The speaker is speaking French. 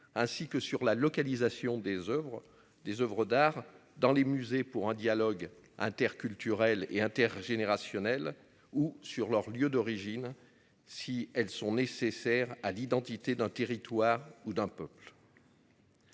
ainsi que sur la localisation des Oeuvres, des Oeuvres d'art dans les musées pour un dialogue interculturel et intergénérationnel. Ou sur leur lieu d'origine. Si elles sont nécessaires à l'identité d'un territoire ou d'un peuple.